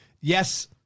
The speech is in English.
Yes